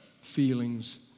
feelings